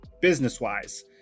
business-wise